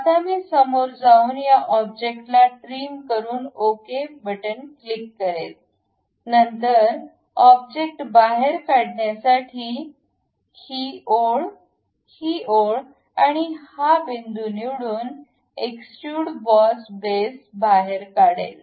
आता मी समोर जाऊन या ऑब्जेक्टला ट्रिम करून ओके क्लिक करेल नंतर ऑब्जेक्ट बाहेर काढण्यासाठी ही ओळ ही ओळ आणि हा बिंदू निवडून एक्सट्रूट बॉस बेस बाहेर काढेल